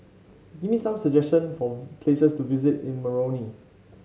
give me some suggestion for places to visit in Moroni